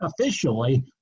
officially